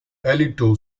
alito